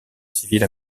civile